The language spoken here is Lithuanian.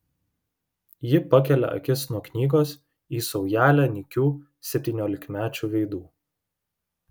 ji pakelia akis nuo knygos į saujelę nykių septyniolikmečių veidų